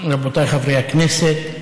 רבותיי חברי הכנסת,